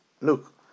Look